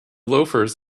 loafers